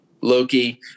Loki